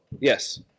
Yes